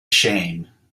shame